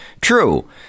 true